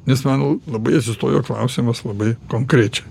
nes man labai atsistojo klausimas labai konkrečiai